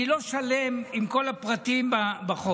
אני לא שלם עם כל הפרטים בחוק.